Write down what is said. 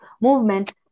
movement